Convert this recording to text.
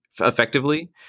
effectively